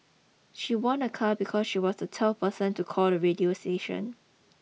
she won a car because she was the twelfth person to call the radio station